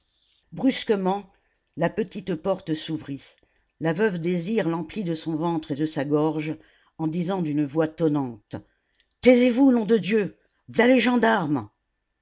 brusquement la petite porte s'ouvrit la veuve désir l'emplit de son ventre et de sa gorge en disant d'une voix tonnante taisez-vous donc nom de dieu v'là les gendarmes